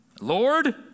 Lord